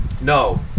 no